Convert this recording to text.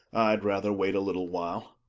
i'd rather wait a little while.